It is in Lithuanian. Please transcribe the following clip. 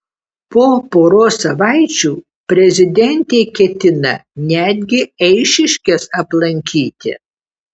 po poros savaičių prezidentė ketina netgi eišiškes aplankyti